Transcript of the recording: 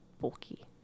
bulky